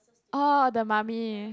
ah the mummy